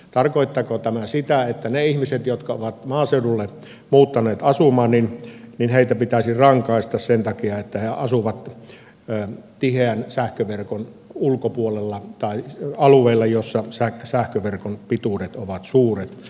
tarkoittaako tämä sitä että niitä ihmisiä jotka ovat maaseudulle muuttaneet asumaan pitäisi rangaista sen takia että he asuvat tiheän sähköverkon ulkopuolella tai alueella jolla sähköverkon pituudet ovat suuret